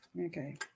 Okay